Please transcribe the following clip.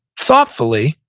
thoughtfully,